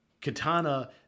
Katana